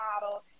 model